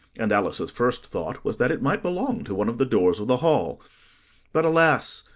and alice's first thought was that it might belong to one of the doors of the hall but, alas!